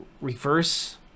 reverse